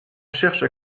cherche